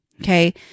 Okay